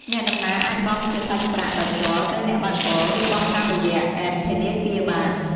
អ្នកដំណើរអាចបង់ជាសាច់ប្រាក់ដោយផ្ទាល់ទៅអ្នកបើកបរឬបង់តាមរយៈអេបធនាគារបាន។